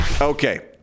Okay